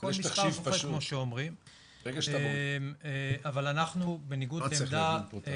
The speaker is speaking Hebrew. כמו שאומרים, כל מספר תופס.